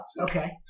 Okay